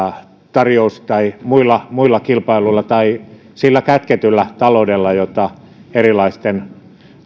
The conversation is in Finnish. tarjous tai muita kilpailuita tai sitä kätkettyä taloutta jotta erilaisten